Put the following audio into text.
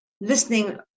listening